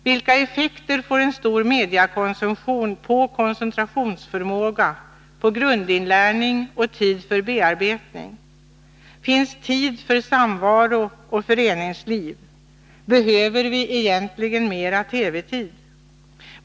Vilka effekter får en stor mediakonsumtion på koncentrationsförmåga, grundinlärning och tid för bearbetning? Finns tid för samvaro och föreningsliv? Behöver vi egentligen mera TV-tid?